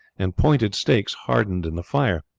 and pointed stakes hardened in the fire.